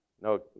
no